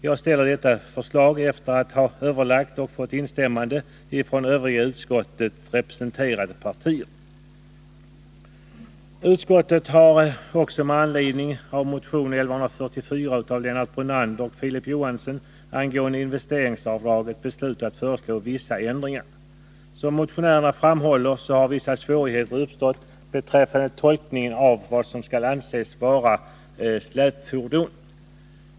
Jag framställer detta förslag efter att ha överlagt och fått instämmande från övriga i utskottet representerade partier. Som motionärerna framhåller har vissa svårigheter uppstått beträffande tolkningen av vad som skall anses vara släpfordon.